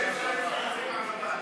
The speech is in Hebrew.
התשע"ו 2016. השר יריב לוין